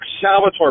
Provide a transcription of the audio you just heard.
Salvatore